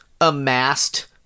amassed